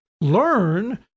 learn